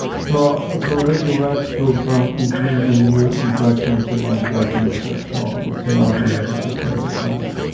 so it's already led to some increase in new infections among drug users, so it's another negative consequence.